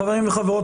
חברים וחברות,